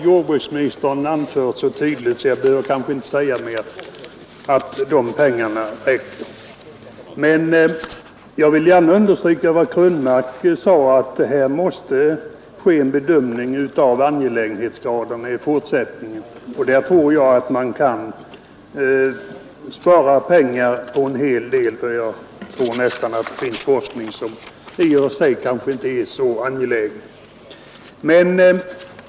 Jordbruksministern har ju så tydligt klargjort att dessa pengar som anslagits räcker, att jag inte skulle behöva säga mer. Jag vill emellertid gärna understryka vad herr Krönmark sade, att det måste ske en bedömning av angelägenhetsgraden i fortsättningen. Man kan nog spara en hel del pengar; jag vågar väl säga att det finns forskning som i och för sig kanske inte är så angelägen.